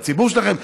לציבור שלכם,